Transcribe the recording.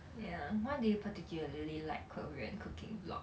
ya why do you particularly like korean cooking vlog